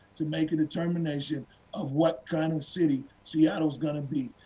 to make a determination of what kind of cities seattle is going to be.